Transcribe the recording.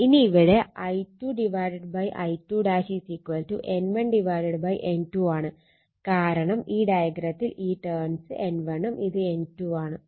ഇനി ഇവിടെ I2 I2 N1 N2 ആണ് കാരണം ഈ ഡയഗ്രത്തിൽ ഈ ടേൺസ് N1 ഉം ഇത് N2 ഉം ആണ്